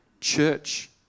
church